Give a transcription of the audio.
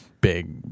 big